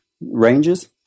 ranges